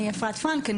אני אפרת פרנק.